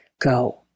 Go